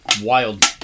Wild